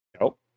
Nope